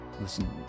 Listen